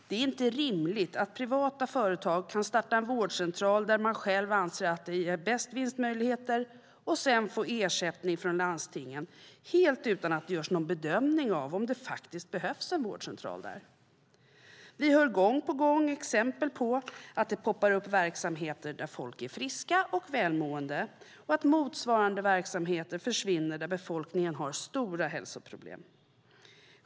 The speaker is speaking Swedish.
Det är inte rimligt att privata företag kan starta en vårdcentral där de själva anser att det ger bäst vinstmöjligheter och sedan få ersättning från landstingen helt utan att det görs någon bedömning av om det faktiskt behövs en vårdcentral där. Vi hör gång på gång exempel på att det poppar upp verksamheter där folk är friska och välmående och att motsvarande verksamheter försvinner där befolkningen har stora hälsoproblem.